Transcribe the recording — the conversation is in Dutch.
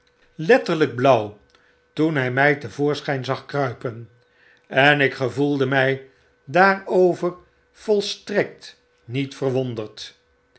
letterlflk blauw toen htj mjj te voorschyn zag kruipen en ik gevoelde m j daarover volstrekt niet verwonderd